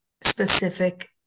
specific